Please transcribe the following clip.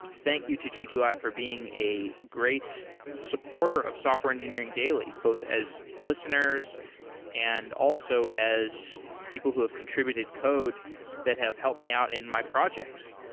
thank you to g two i for being a great supporter of software engineering daily, both as lis lis teners and also as people who have contr ibuted code that have helped me out in my projects.